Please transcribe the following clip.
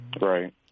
Right